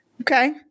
Okay